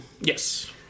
Yes